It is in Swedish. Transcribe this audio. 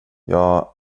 jag